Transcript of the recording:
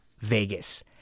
.vegas